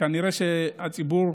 נראה שהציבור,